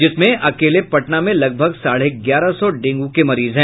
जिसमें अकेले पटना में लगभग साढ़े ग्यारह सौ डेंगू के मरीज हैं